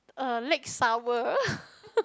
err leg sour